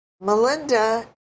Melinda